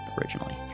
originally